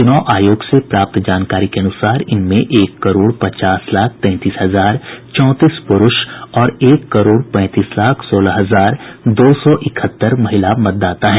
चुनाव आयोग से प्राप्त जानकारी के अनुसार इनमें एक करोड़ पचास लाख तैंतीस हजार चौंतीस पुरूष और एक करोड़ पैंतीस लाख सोलह हजार दो सौ इकहत्तर महिला मतदाता हैं